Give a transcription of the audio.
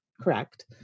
correct